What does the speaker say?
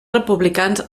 republicans